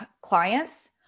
clients